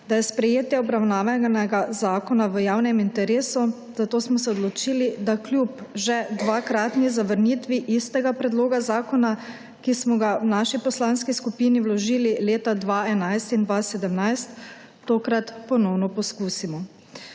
da je sprejetje obravnavanega zakona v javnem interesu, zato smo se odločili, da kljub že dvakratni zavrnitvi istega Predloga zakona, ki smo ga v naši Poslanski skupini vložili leta 2011 in 2017, tokrat ponovno poskusimo.